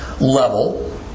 level